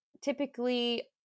typically